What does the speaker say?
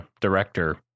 director